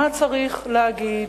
מה צריך להגיד,